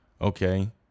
okay